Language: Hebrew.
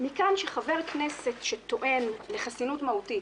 מכאן שעל חבר הכנסת שטוען לחסינות מהותית,